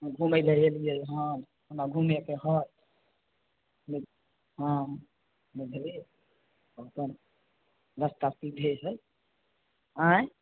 घुमै लऽ एलियै हन हमरा घुमेके है हँ बुझलियै अपन रस्ता सीधे है आंय